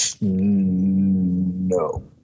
No